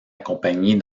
accompagnés